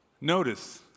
Notice